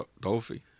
Dolphy